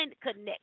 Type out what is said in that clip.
connection